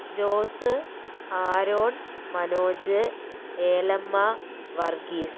Jose Aaron Manoj Elamma Varghese